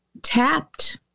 tapped